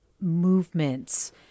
movements